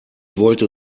wollte